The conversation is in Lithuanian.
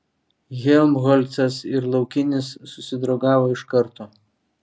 helmholcas ir laukinis susidraugavo iš karto